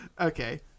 Okay